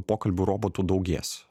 pokalbių robotų daugės